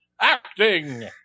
Acting